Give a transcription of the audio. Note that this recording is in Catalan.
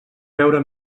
veure